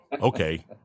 Okay